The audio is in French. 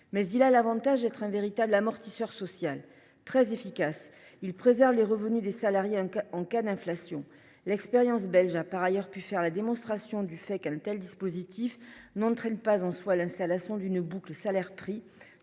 mais qui a l’avantage d’être un véritable amortisseur social. Très efficace, il préserve les revenus salariés en cas d’inflation. L’expérience belge a, par ailleurs, pu faire la démonstration du fait qu’un tel dispositif n’entraînait pas en soi l’enclenchement d’une boucle prix